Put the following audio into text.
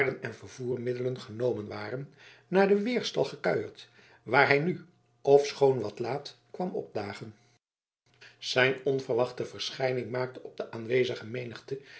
en vervoermiddelen genomen waren naar den weerstal gekuierd waar hij nu ofschoon wat laat kwam opdagen zijn onverwachte verschijning maakte op de aanwezige menigte